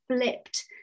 flipped